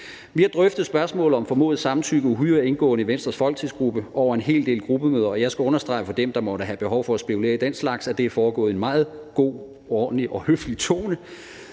Vi har drøftet forslaget om formodet samtykke uhyre indgående i Venstres folketingsgruppe over en hel del gruppemøder, og jeg skal for dem, der måtte have behov for at spekulere i den slags, understrege, at det er foregået i en meget god, ordentlig og høflig tone.